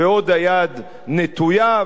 ועוד היד נטויה.